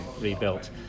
rebuilt